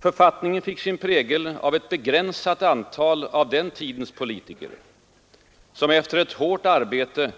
Författningen fick sin prägel av ett begränsat antal av den tidens politiker, som efter ett hårt arbete